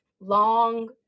long